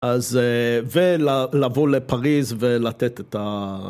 אז... ולבוא לפריז ולתת את ה...